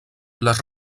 les